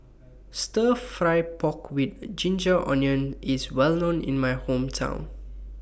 Stir Fry Pork with Ginger Onions IS Well known in My Hometown